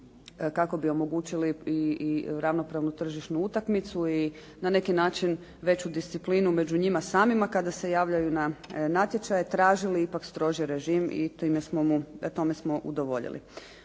kako bi omogućili i ravnopravnu tržišnu utakmicu i na neki način veću disciplinu među njima samima kada se javljaju na natječaje tražili ipak stroži režim i tome smo udovoljili.